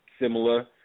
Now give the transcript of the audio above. similar